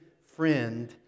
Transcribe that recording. friend